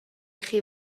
chi